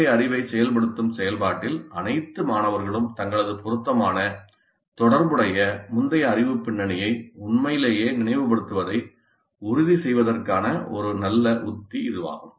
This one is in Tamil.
முந்தைய அறிவைச் செயல்படுத்தும் செயல்பாட்டில் அனைத்து மாணவர்களும் தங்களது பொருத்தமான தொடர்புடைய முந்தைய அறிவுப் பின்னணியை உண்மையிலேயே நினைவுபடுத்துவதை உறுதி செய்வதற்கான ஒரு நல்ல உத்தி இதுவாகும்